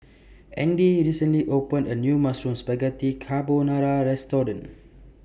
Andy recently opened A New Mushroom Spaghetti Carbonara Restaurant